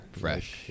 fresh